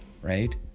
right